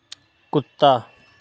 कुत्ता